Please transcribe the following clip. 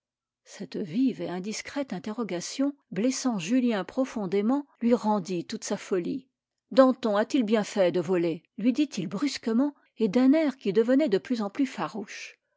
cette vive et indiscrète interrogation blessant julien profondément lui rendit toute sa folie danton a-t-il bien fait de voler lui dit-il brusquement et d'un air qui devenait de plus en plus farouche